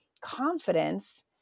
confidence